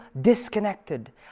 disconnected